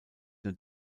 nur